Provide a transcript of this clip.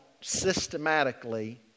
systematically